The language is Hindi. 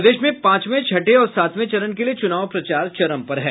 प्रदेश में पांचवें छठे और सातवें चरण के लिए चुनाव प्रचार चरम पर है